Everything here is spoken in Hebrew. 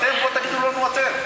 אתם, בואו תגידו לנו אתם.